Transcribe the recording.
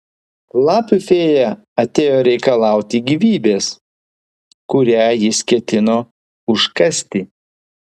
lapių fėja atėjo reikalauti gyvybės kurią jis ketino užkasti